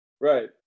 Right